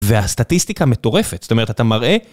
והסטטיסטיקה מטורפת, זאת אומרת, אתה מראה...